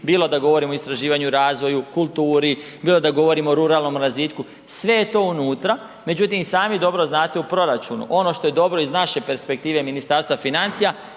bilo da govorimo o istraživanju, razvoju, kulturi, bilo da govorimo o ruralnom razvitku, sve je to unutra. Međutim, i sami dobro znate, u proračunu ono što je dobro iz naše perspektive Ministarstva financija,